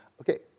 Okay